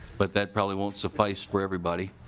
but that probably won't suffice for everybody.